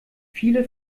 viele